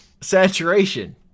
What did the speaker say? saturation